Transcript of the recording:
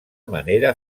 manera